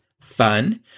fun